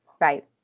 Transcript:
Right